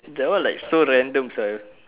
that one like so random sia